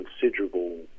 considerable